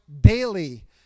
daily